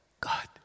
God